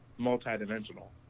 multi-dimensional